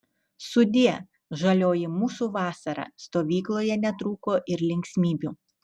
sudie žalioji mūsų vasara stovykloje netrūko ir linksmybių